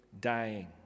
dying